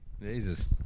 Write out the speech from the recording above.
Jesus